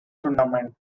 tournament